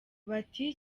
bati